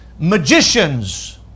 Magicians